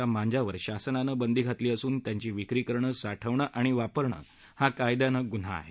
या मांजावर शासनानं बंदी घातली असून त्यांची विक्री करणं साठवणं आणि वापरणं हा कायद्यानं गुन्हा आहे